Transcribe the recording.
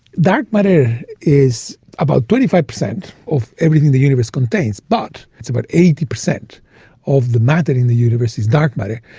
dark matter is about twenty five percent of everything the universe contains, but it's about eighty percent of the matter in the universe is dark matter,